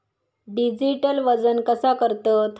Digital वजन कसा करतत?